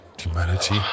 humanity